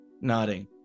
nodding